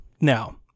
Now